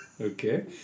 Okay